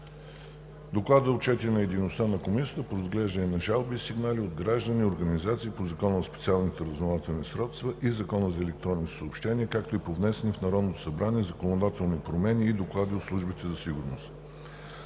Доклада е отчетена и дейността на Комисията по разглеждане на жалби и сигнали от граждани и организации по Закона за специалните разузнавателни средства и Закона за електронните съобщения, както и по внесени в Народното събрание законодателни промени и доклади от службите за сигурност.